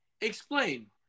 Explain